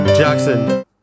Jackson